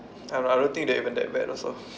and I don't think that even that bad also